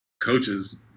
coaches